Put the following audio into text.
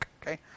okay